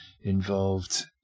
involved